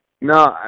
No